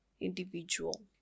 individual